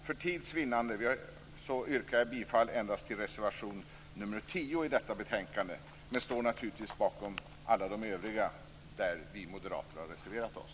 För tids vinnande yrkar jag bifall endast till reservation nr 10 i detta betänkande, men jag står naturligtvis bakom alla övriga där vi moderater har reserverat oss.